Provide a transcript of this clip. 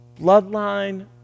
bloodline